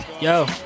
Yo